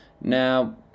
Now